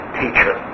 teacher